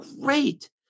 great